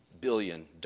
billion